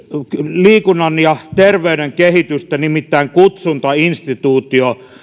liikunnan ja terveyden kehitystä nimittäin kutsuntainstituutio